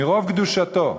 מרוב קדושתו,